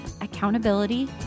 accountability